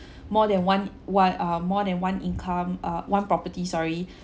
more than one one uh more than one income uh one property sorry